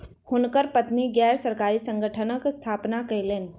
हुनकर पत्नी गैर सरकारी संगठनक स्थापना कयलैन